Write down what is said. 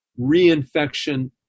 Reinfection